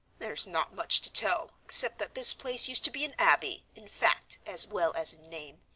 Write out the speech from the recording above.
there's not much to tell, except that this place used to be an abbey, in fact as well as in name.